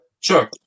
Sure